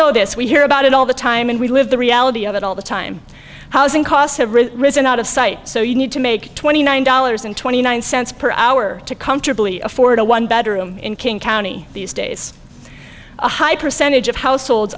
know this we hear about it all the time and we live the reality of it all the time housing costs have risen out of sight so you need to make twenty nine dollars and twenty nine cents per hour to comfortably afford a one bedroom in king county these days a high percentage of household